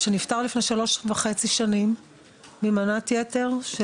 שנפטר לפני כשלוש וחצי שנים ממנת יתר של